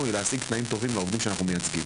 היא להשיג תנאים טובים לעובדים שאנחנו מייציגים.